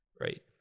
Right